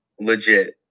Legit